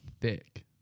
thick